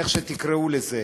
איך שתקראו לזה.